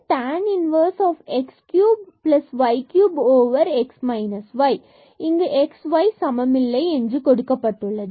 tan inverse x cube y cube over x minus y இங்கு x y சமமில்லை என்று கொடுக்கப்பட்டுள்ளது